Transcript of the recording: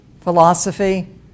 philosophy